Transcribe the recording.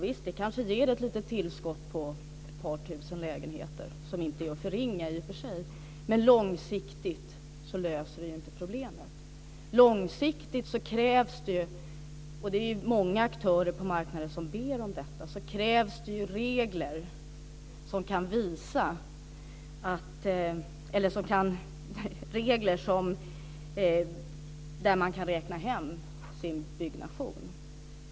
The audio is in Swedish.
Visst, de kanske ger ett litet tillskott på ett par tusen lägenheter, något som i och för sig inte är att förringa. Men långsiktigt löser det inte problemet. Långsiktigt krävs det, och det är många aktörer på marknaden som ber om detta, regler där man kan räkna hem sin byggnation.